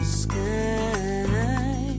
sky